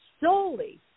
solely